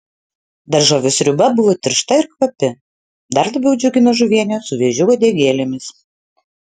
daržovių sriuba buvo tiršta ir kvapi dar labiau džiugino žuvienė su vėžių uodegėlėmis